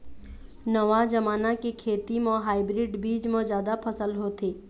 नवा जमाना के खेती म हाइब्रिड बीज म जादा फसल होथे